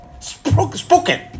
spoken